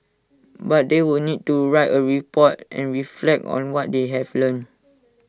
but they would need to write A report and reflect on what they have learnt